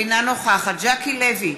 אינה נוכחת ז'קי לוי,